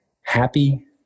happy